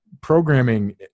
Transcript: programming